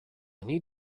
need